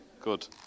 Good